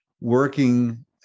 working